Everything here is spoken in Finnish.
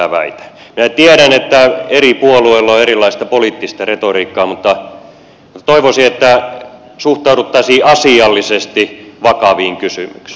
minä tiedän että eri puolueilla on erilaista poliittista retoriikkaa mutta toivoisin että suhtauduttaisiin asiallisesti vakaviin kysymyksiin